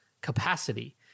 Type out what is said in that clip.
capacity